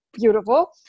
beautiful